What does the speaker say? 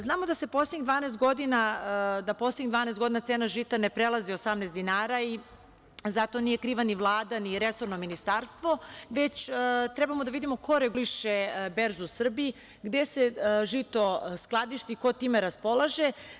Znamo da se poslednjih 12 godina cena žita ne prelazi 18 dinara i zato nije kriva ni Vlada, ni resorno ministarstvo već treba da vidimo ko reguliše berzu u Srbiji gde se žito skladišti, ko time raspolaže.